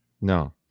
No